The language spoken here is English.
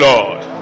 Lord